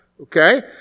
okay